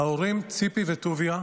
ההורים, ציפי וטוביה,